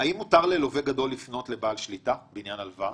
האם מותר ללווה גדול לפנות לבעל שליטה בעניין הלוואה?